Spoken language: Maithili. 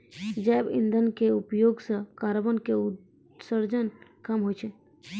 जैव इंधन के उपयोग सॅ कार्बन के उत्सर्जन कम होय छै